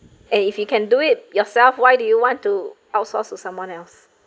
and if you can do it yourself why do you want to outsource to someone else